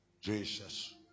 Jesus